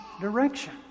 direction